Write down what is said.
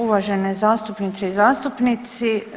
Uvažene zastupnice i zastupnici.